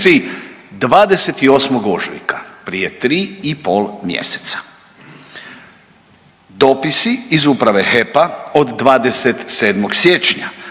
HEP